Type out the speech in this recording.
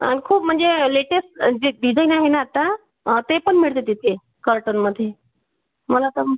आणि खूप म्हणजे लेटेस जे डिझाईन आहे ना आत्ता ते पण मिळते तिथे कर्टनमध्ये मला तर